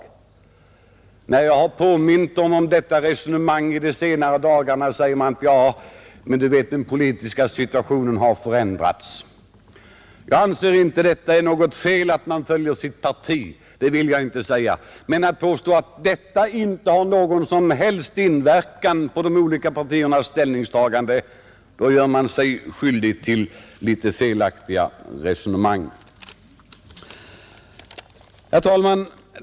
När jag har påmint om det de senaste dagarna har samma ledamöter sagt: Ja, men nu har ju den politiska situationen ändrats. Jag anser det inte vara fel att följa sitt parti, men om man påstår att de politiska aspekterna inte har någon som helst inverkan på de olika partiernas ställningstagande i denna fråga, så för man ett felaktigt resonemang. Herr talman!